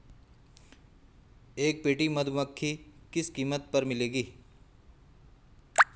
एक पेटी मधुमक्खी किस कीमत पर मिलेगी?